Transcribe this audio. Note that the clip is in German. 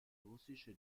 russische